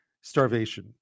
Starvation